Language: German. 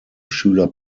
schüler